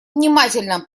внимательно